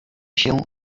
się